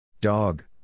Dog